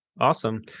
awesome